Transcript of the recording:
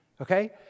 Okay